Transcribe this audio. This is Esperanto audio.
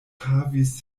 havis